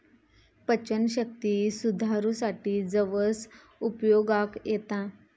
पचनशक्ती सुधारूसाठी जवस उपयोगाक येता